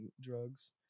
drugs